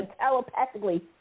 telepathically